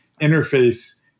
interface